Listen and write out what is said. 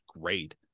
great